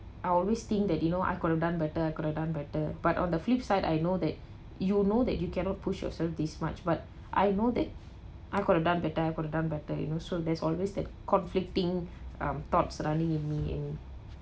I always think that you know I could've done better could've done better but on the flip side I know that you know that you cannot push yourself this much but I know that I could've done better I could've better you know so there's always that conflicting um thoughts surrounding me in